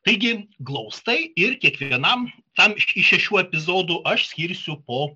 taigi glaustai ir kiekvienam tam iš šešių epizodų aš skirsiu po